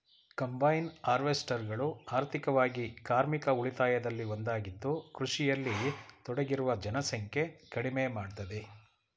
combine ಹಾರ್ವೆಸ್ಟರ್ಗಳು ಆರ್ಥಿಕವಾಗಿ ಕಾರ್ಮಿಕ ಉಳಿತಾಯದಲ್ಲಿ ಒಂದಾಗಿದ್ದು ಕೃಷಿಯಲ್ಲಿ ತೊಡಗಿರುವ ಜನಸಂಖ್ಯೆ ಕಡಿಮೆ ಮಾಡ್ತದೆ